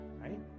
right